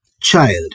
child